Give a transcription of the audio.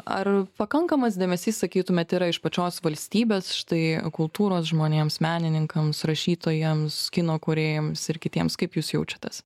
ar pakankamas dėmesys sakytumėt yra iš pačios valstybės štai kultūros žmonėms menininkams rašytojams kino kūrėjams ir kitiems kaip jūs jaučiatės